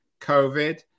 COVID